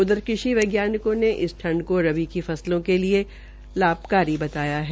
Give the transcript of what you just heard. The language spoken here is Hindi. उधर कृषि वैज्ञानिकों ने इस ठंड को रबि की फसलों के लिए लाभकारी बताया है